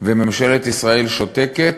וממשלת ישראל שותקת,